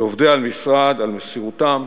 לעובדי המשרד, על מסירותם,